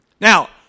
Now